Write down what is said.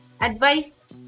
advice